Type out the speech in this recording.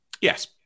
Yes